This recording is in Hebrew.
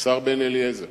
השר בן-אליעזר